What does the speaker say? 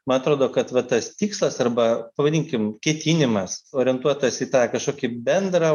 man atrodo kad va tas tikslas arba pavadinkim ketinimas orientuotas į tą kažkokį bendrą